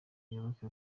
muyoboke